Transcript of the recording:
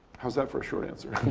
how's that for a short answer?